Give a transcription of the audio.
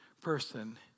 person